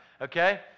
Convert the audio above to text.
Okay